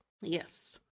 Yes